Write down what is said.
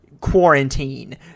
quarantine